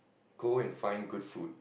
go and find good food